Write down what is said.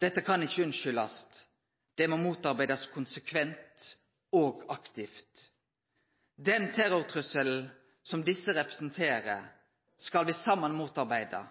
Dette kan ikkje unnskyldast, det må motarbeidast konsekvent og aktivt. Den terrortrusselen som desse representerer, skal me saman motarbeide,